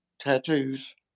Tattoos